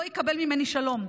לא יקבל ממני שלום.